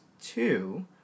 two